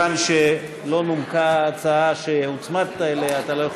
היא הוצמדה, לאורן חזן.